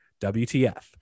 WTF